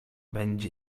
będzie